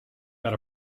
got